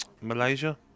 Malaysia